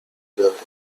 learned